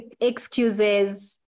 excuses